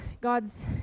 God's